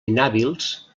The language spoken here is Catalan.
inhàbils